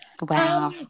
Wow